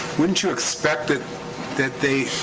wouldn't you expect that that they.